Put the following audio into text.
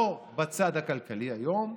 לא בצד הכלכלי היום,